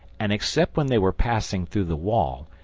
and except when they were passing through the wall,